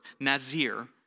Nazir